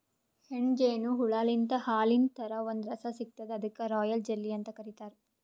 ಹೆಣ್ಣ್ ಜೇನು ಹುಳಾಲಿಂತ್ ಹಾಲಿನ್ ಥರಾ ಒಂದ್ ರಸ ಸಿಗ್ತದ್ ಅದಕ್ಕ್ ರಾಯಲ್ ಜೆಲ್ಲಿ ಅಂತ್ ಕರಿತಾರ್